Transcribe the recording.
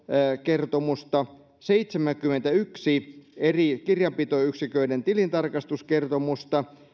kertomusta seitsemänkymmentäyksi eri kirjanpitoyksiköiden tilintarkastuskertomusta